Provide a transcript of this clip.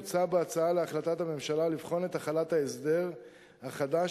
מוצע בהצעה להחלטת הממשלה לבחון את החלת ההסדר החדש,